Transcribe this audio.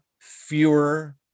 fewer